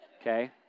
okay